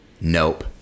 nope